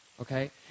Okay